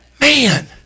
Man